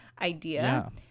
idea